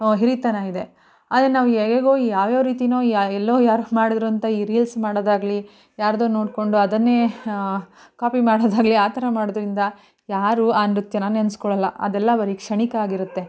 ಹಿರಿತನ ಇದೆ ಅದನ್ನು ನಾವು ಹೇಗೋ ಯಾವ್ಯಾವ ರೀತಿಯೋ ಯಾ ಎಲ್ಲೋ ಯಾರೋ ಮಾಡಿದ್ರು ಅಂತ ಈ ರೀಲ್ಸ್ ಮಾಡೋದಾಗಲಿ ಯಾರದ್ದೋ ನೋಡಿಕೊಂಡು ಅದನ್ನೇ ಕಾಪಿ ಮಾಡೋದಾಗಲಿ ಆ ಥರ ಮಾಡೋದ್ರಿಂದ ಯಾರು ಆ ನೃತ್ಯನ ನೆನೆಸ್ಕೊಳ್ಳೋಲ್ಲ ಅದೆಲ್ಲ ಬರಿ ಕ್ಷಣಿಕ ಆಗಿರುತ್ತೆ